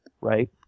right